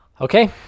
Okay